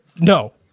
No